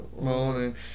morning